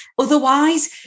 Otherwise